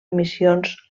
missions